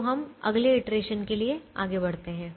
तो हम अगले इटरेशन के लिए आगे बढ़ते हैं